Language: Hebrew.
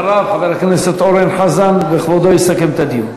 אחריו, חבר הכנסת אורן חזן, וכבודו יסכם את הדיון.